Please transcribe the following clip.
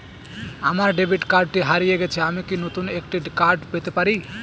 আমার ডেবিট কার্ডটি হারিয়ে গেছে আমি কি নতুন একটি কার্ড পেতে পারি?